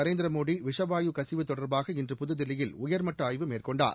நரேந்திரமோடி விஷவாயு கசிவு தொடா்பாக இன்று புதுதில்லியில் உயா்மட்ட ஆய்வு மேற்கொண்டார்